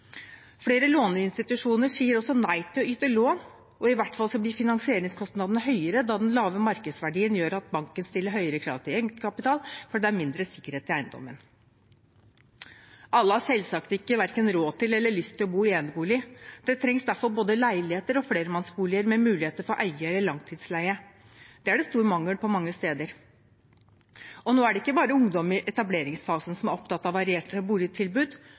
Flere låneinstitusjoner sier også nei til å yte lån, og i hvert fall blir finansieringskostnadene høyere, da den lave markedsverdien gjør at banken stiller høyere krav til egenkapital fordi det er mindre sikkerhet i eiendommen. Alle har selvsagt ikke verken råd til eller lyst til å bo i enebolig. Det trengs derfor både leiligheter og flermannsboliger med muligheter for eie eller langtidsleie. Det er det stor mangel på mange steder. Og nå er det ikke bare ungdom i etableringsfasen som er opptatt av varierte boligtilbud.